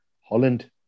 Holland